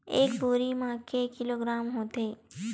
एक बोरी म के किलोग्राम होथे?